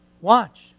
Watch